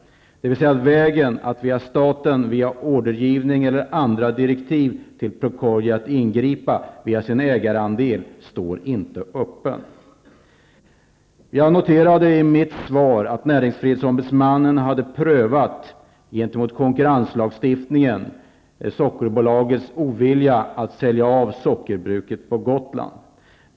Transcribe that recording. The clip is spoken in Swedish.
Vägen att ingripa via staten, via ordergivning eller direktiv till Procordia, dvs. vägen att ingripa via statens ägarandel, står alltså inte öppen. Jag noterade i mitt svar att näringsfrihetsombudsmannen gentemot konkurrenslagstiftningen hade prövat Gotland.